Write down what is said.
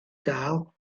gael